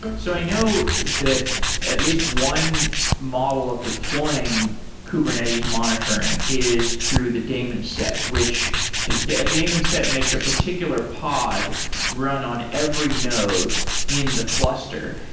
so i know that at least one model of deploying kubernetes monitoring is through the daemon set, which a daemon set makes a particular pod run on every node in the cluster.